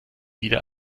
viele